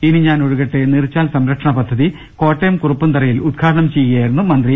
ഇനി ഞാൻ ഒഴുകട്ടെ നീർചാൽ സംരക്ഷണ പദ്ധതി കോട്ടയം കുറുപ്പന്തറയിൽ ഉദ്ഘാടനം ചെയ്യുകയായിരുന്നു മന്ത്രി